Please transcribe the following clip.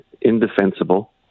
indefensible